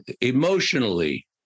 emotionally